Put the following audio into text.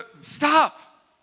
Stop